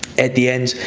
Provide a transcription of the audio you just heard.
at the end,